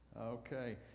okay